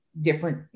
different